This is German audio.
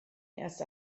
erst